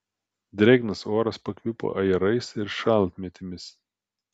drėgnas oras pakvipo ajerais ir šaltmėtėmis